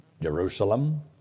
Jerusalem